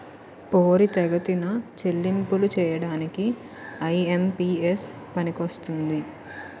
పోరితెగతిన చెల్లింపులు చేయడానికి ఐ.ఎం.పి.ఎస్ పనికొస్తుంది